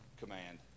command